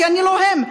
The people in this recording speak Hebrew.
כי אני לא הם.